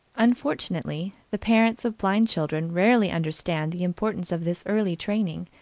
unfortunately, the parents of blind children rarely understand the importance of this early training.